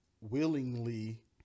willingly